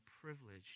privileged